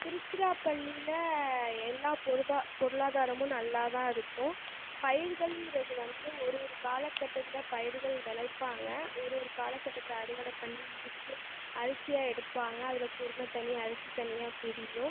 திருச்சிராப்பள்ளியில் எல்லா பொருதா பொருளாதாரமும் நல்லாதான் இருக்கும் பயிர்களுங்கிறது வந்து ஒரு ஒரு காலகட்டத்தில் பயிர்கள் விளைவிப்பாங்க ஒரு ஒரு காலகட்டத்தில் அறுவடை பண்ணி இடிச்சு அரிசியாக எடுப்பாங்கள் அதில் குருனை தனி அரிசி தனியாக பிரியும்